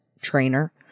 trainer